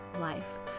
life